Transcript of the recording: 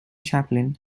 chaplain